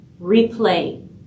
replay